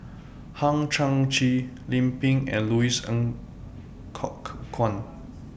Hang Chang Chieh Lim Pin and Louis Ng Kok Kwang